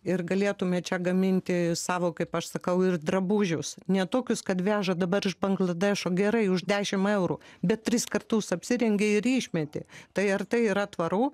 ir galėtume čia gaminti savo kaip aš sakau ir drabužius ne tokius kad veža dabar iš bangladešo gerai už dešim eurų bet tris kartus apsirengi ir išmeti tai ar tai yra tvaru